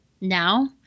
now